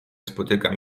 spotykam